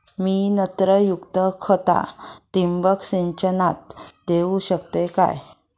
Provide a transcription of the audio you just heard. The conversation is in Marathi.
मी नत्रयुक्त खता ठिबक सिंचनातना देऊ शकतय काय?